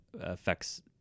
affects